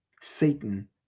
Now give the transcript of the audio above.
Satan